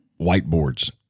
whiteboards